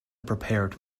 prepared